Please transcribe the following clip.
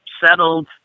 settled